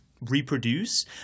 reproduce